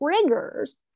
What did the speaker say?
triggers